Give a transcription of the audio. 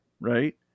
right